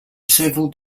several